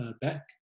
back